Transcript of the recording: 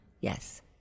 Yes